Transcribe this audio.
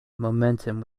momentum